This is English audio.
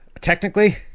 Technically